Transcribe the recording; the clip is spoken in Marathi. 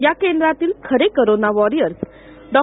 या केंद्रातील खरे कोरोना वॅरियर्स डॉ